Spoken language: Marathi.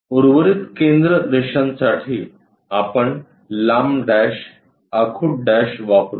उर्वरित केंद्र रेषांसाठी आपण लांब डॅश आखुड डॅश वापरू